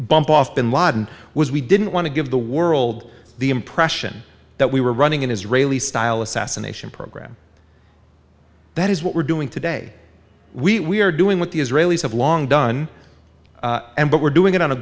bump off bin laden was we didn't want to give the world the impression that we were running an israeli style assassination program that is what we're doing today we are doing what the israelis have long done and but we're doing it on a